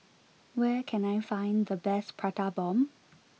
where can I find the best Prata Bomb